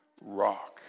rock